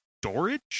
storage